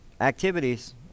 activities